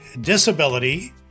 disability